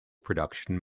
production